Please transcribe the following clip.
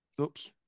Oops